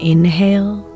Inhale